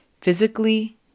physically